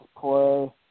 play